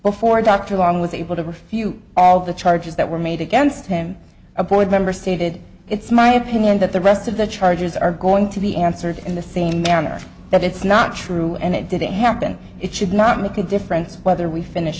dr along with able to refute all the charges that were made against him appoint member stated it's my opinion that the rest of the charges are going to be answered in the same manner that it's not true and it didn't happen it should not make a difference whether we finish